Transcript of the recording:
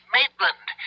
Maitland